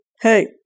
Hey